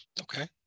Okay